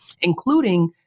including